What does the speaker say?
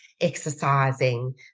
exercising